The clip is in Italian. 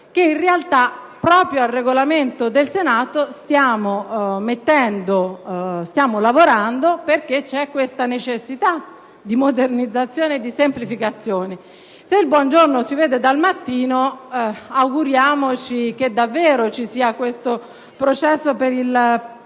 che, in realtà, proprio al Regolamento del Senato stiamo lavorando perché c'è necessità di modernizzazione e di semplificazione. Se il buon giorno si vede dal mattino, auguriamoci che davvero vi sia questo processo per il prossimo